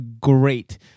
great